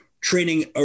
training